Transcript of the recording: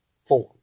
form